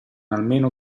almeno